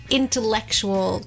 intellectual